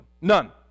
None